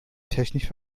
technisch